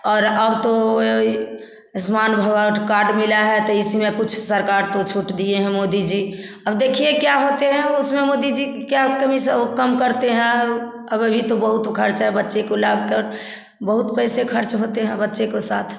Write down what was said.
और अब तो यह आयुष्मान भरत कार्ड मिला है तो इसमें कुछ सरकार तो छूट दिए हैं मोदी जी अब देखिए क्या होते हैं उसमें मोदी जी क्या कमी सब कम करते हैं अब अभी तो बहुत खर्चा है बच्चे को ला कर बहुत पैसे खर्च होते हैं बच्चे को साथ